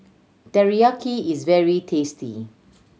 teriyaki is very tasty